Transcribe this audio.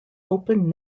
open